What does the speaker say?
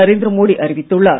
நரேந்திர மோடி அறிவித்துள்ளார்